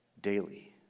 daily